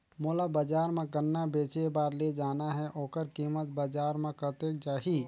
मोला बजार मां गन्ना बेचे बार ले जाना हे ओकर कीमत बजार मां कतेक जाही?